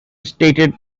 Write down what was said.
stated